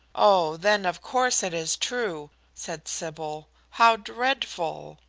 oh, then of course it is true, said sybil. how dreadful!